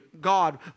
god